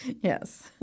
yes